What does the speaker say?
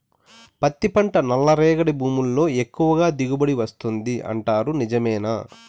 పత్తి పంట నల్లరేగడి భూముల్లో ఎక్కువగా దిగుబడి వస్తుంది అంటారు నిజమేనా